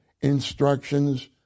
instructions